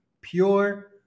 pure